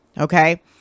okay